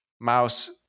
mouse